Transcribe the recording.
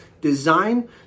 design